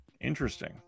Interesting